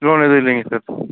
லோன்னு எதுவும் இல்லைங்க சார்